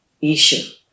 issue